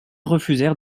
refusèrent